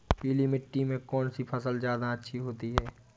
पीली मिट्टी में कौन सी फसल ज्यादा अच्छी होती है?